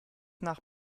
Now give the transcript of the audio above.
nach